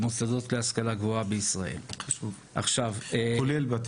אנחנו נפגשנו